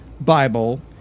Bible